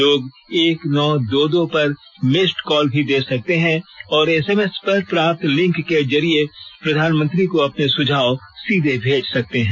लोग एक नौ दो दो पर मिस्ड कॉल भी दे सकते हैं और एसएमएस पर प्राप्त लिंक के जरिए प्रधानमंत्री को अपने सुझाव सीधे भेज सकते हैं